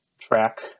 track